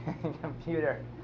computer